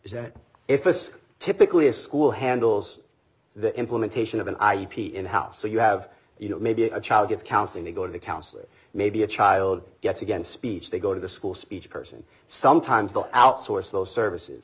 is that it was typically a school handles the implementation of an i p in house so you have you know maybe a child gets counseling to go to the counselor maybe a child gets again speech they go to the school speech person sometimes they'll outsource those services